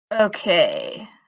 okay